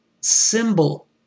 symbol